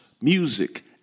music